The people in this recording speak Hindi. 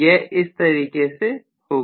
यह इस तरीके से होगा